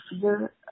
fear